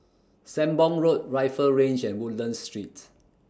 Sembong Road Rifle Range and Woodlands Street